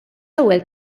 ewwel